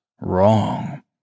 wrong